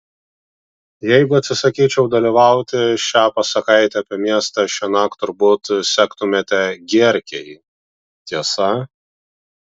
jeigu atsisakyčiau dalyvauti šią pasakaitę apie miestą šiąnakt turbūt sektumėte gierkei tiesa